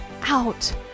out